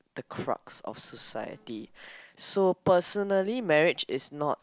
the crux of society so personally marriage is not